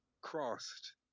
crossed